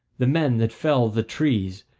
the men that fell the trees,